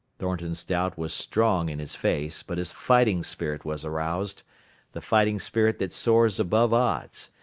thornton's doubt was strong in his face, but his fighting spirit was aroused the fighting spirit that soars above odds,